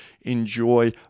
enjoy